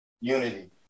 unity